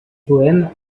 poèmes